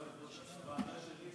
לוועדה שלי,